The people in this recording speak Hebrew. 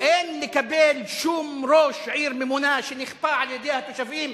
אין לקבל שום ראש עיר ממונה שנכפה על התושבים,